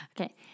Okay